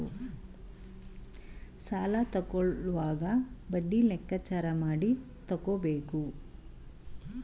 ಸಾಲ ತಕ್ಕೊಳ್ಳೋವಾಗ ಬಡ್ಡಿ ಲೆಕ್ಕಾಚಾರ ಮಾಡಿ ತಕ್ಕೊಬೇಕು